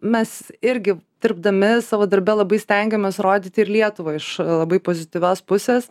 mes irgi dirbdami savo darbe labai stengiamės rodyti ir lietuvą iš labai pozityvios pusės